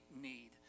need